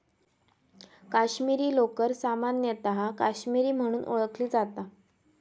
काश्मीरी लोकर सामान्यतः काश्मीरी म्हणून ओळखली जाता